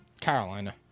Carolina